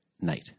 night